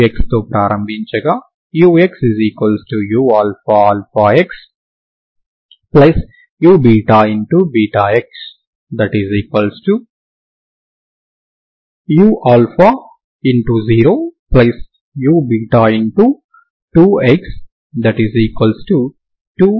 uxతో ప్రారంభించగా uxuxuxu